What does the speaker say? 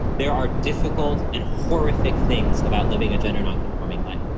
there are difficult and horrific things about living a gender nonconforming life,